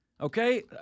okay